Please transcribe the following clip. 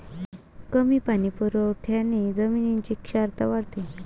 कमी पाणी पुरवठ्याने जमिनीची क्षारता वाढते